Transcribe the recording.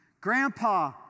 Grandpa